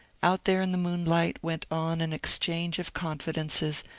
out there in the moonlight went on an exchange of confidences,